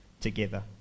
together